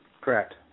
Correct